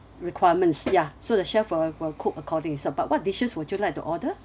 requirements ya so the chef will will cook according so but what dishes would you like to order